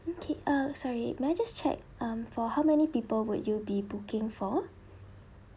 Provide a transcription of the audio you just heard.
okay uh sorry may I just check um for how many people would you be booking for